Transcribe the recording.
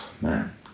man